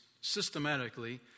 systematically